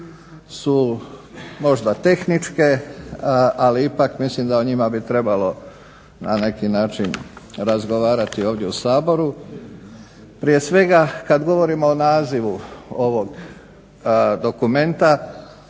su možda tehničke, ali ipak mislim da o njima bi trebalo na neki način razgovarati ovdje u Saboru. Prije svega, kad govorimo o nazivu ovog dokumenta